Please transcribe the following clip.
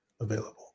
available